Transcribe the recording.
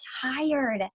tired